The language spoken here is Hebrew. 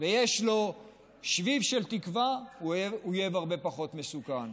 ויש לו שביב של תקווה הוא אויב הרבה פחות מסוכן.